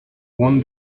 warn